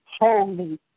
holy